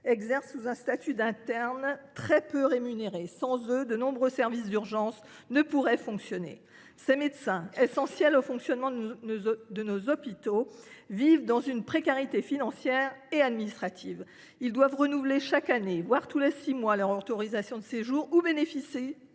exercent sous un statut d’interne très peu rémunéré. Sans eux, de nombreux services d’urgence ne pourraient plus fonctionner. Ces médecins, essentiels au fonctionnement de nos hôpitaux, vivent dans une précarité tant financière qu’administrative. Ils doivent renouveler chaque année, voire tous les six mois, leur autorisation de séjour, et bénéficient